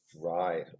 Right